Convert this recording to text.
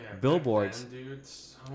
Billboards